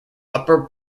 upper